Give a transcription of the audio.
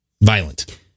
violent